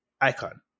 icon